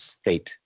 state